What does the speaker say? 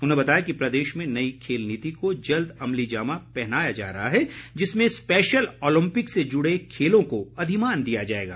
उन्होंने बताया कि प्रदेश में नई खेल नीति को जल्द अमलीजामा पहनाया जा रहा है जिसमें स्पेशल ओलम्पिक से जुड़े खेलों को अधिमान दिया जाएगा